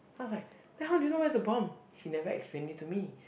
I was like then how do you know where is the bomb he never explain it to me